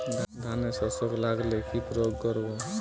ধানের শোষক লাগলে কি প্রয়োগ করব?